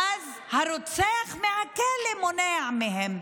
ואז הרוצח מהכלא מונע מהם.